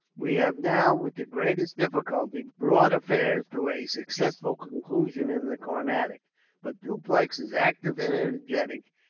we have now, with the greatest difficulty, brought affairs to a successful conclusion in the carnatic but dupleix is active and energetic,